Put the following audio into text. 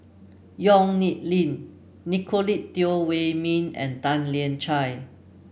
Yong Nyuk Lin Nicolette Teo Wei Min and Tan Lian Chye